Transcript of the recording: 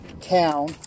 town